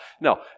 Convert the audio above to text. no